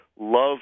love